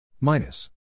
minus